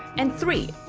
and three,